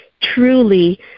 truly